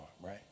right